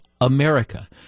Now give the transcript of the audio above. America